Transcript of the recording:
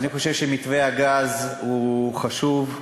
אני חושב שמתווה הגז הוא חשוב.